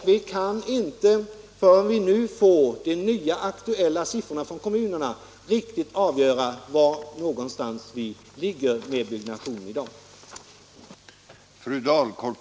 Vi kan inte förrän vi får de nya, aktuella siffrorna från kommunerna riktigt avgöra hur långt man har kommit med byggnationen i dag.